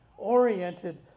Oriented